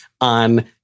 on